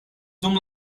dum